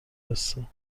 حسه